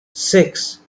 six